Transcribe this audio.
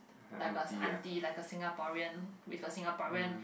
like a auntie like a Singaporean with a Singaporean